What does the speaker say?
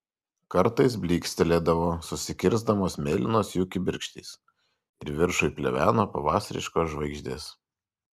kartais blykstelėdavo susikirsdamos mėlynos jų kibirkštys ir viršuj pleveno pavasariškos žvaigždės